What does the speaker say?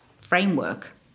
framework